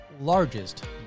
largest